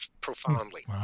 profoundly